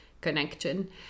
connection